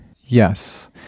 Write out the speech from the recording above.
Yes